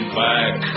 back